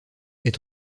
est